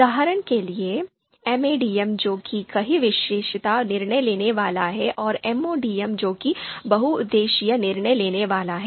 उदाहरण के लिए MADM जो कि कई विशेषता निर्णय लेने वाला है और MODM जो कि बहुउद्देश्यीय निर्णय लेने वाला है